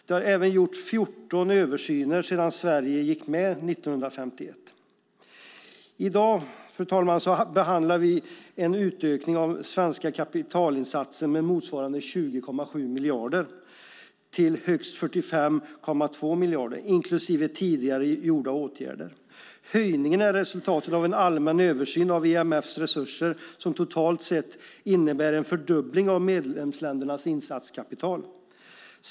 Det har även gjorts 14 översyner sedan Sverige gick med i IMF 1951. Fru talman! I dag behandlar vi en utökning av den svenska kapitalinsatsen med motsvarande 20,7 miljarder till högst 45,2 miljarder, inklusive tidigare gjorda åtaganden. Höjningen är resultatet av en allmän översyn av IMF:s resurser som totalt sett innebär en fördubbling av medlemsländernas insatskapital.